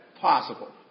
possible